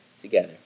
together